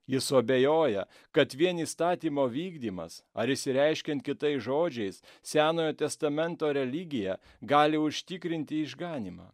jis suabejoja kad vien įstatymo vykdymas ar išsireiškiant kitais žodžiais senojo testamento religija gali užtikrinti išganymą